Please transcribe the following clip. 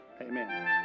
Amen